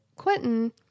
Quentin